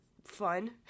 Fun